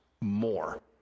more